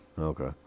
Okay